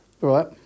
right